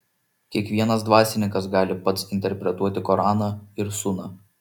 kiekvienas dvasininkas gali pats interpretuoti koraną ir suną